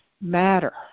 matter